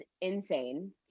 insane